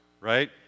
right